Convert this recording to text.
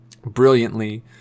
brilliantly